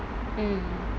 mm